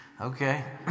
Okay